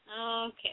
Okay